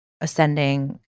Ascending